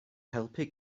helpu